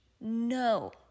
No